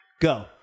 Go